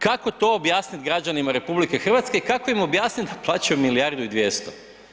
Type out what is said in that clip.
Kako to objasniti građanima RH i kako im objasniti da plaćaju milijardu 200?